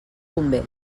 convé